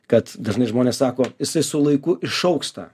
kad dažnai žmonės sako jisai su laiku išaugs tą